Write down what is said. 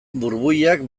burbuilak